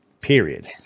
period